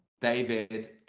David